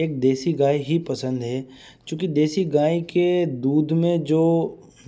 एक देसी गाय ही पसंद है चूँकि देशी गाय के दूध में जो